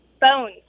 Bones